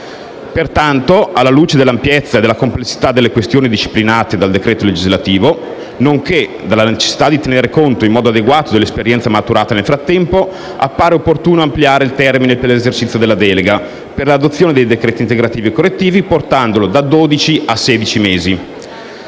Pertanto, alla luce dell'ampiezza e della complessità delle questioni disciplinate dal decreto legislativo, nonché dalla necessità di tenere conto, in maniera adeguata, dell'esperienza maturata nel frattempo, appare opportuno ampliare il termine per l'esercizio della delega per l'adozione dei decreti integrativi correttivi, portandolo da dodici